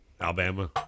Alabama